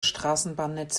straßenbahnnetz